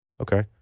okay